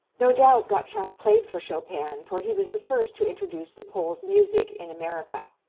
no doubt gottschalk played for chopin for he was the first to introduce the pole's music in america.